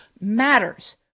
matters